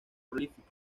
prolífico